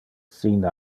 sin